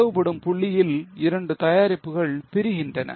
பிளவுபடும் புள்ளியில் இரண்டு தயாரிப்புகள் பிரிகின்றன